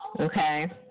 Okay